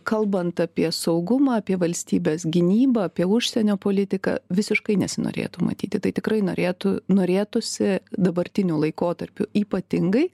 kalbant apie saugumą apie valstybės gynybą apie užsienio politiką visiškai nesinorėtų matyti tai tikrai norėtų norėtųsi dabartiniu laikotarpiu ypatingai